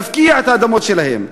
להפקיע את האדמות שלהם,